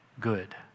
good